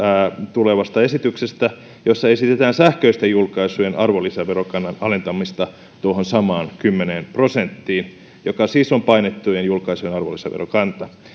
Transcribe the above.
tulevaa esitystä jossa esitetään sähköisten julkaisujen arvonlisäverokannan alentamista tuohon samaan kymmeneen prosenttiin joka siis on painettujen julkaisujen arvonlisäverokanta